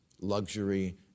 luxury